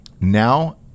Now